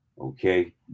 okay